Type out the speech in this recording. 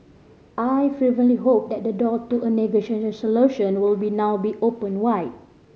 I fervently hope that the door to a negotiated solution will be now be opened wide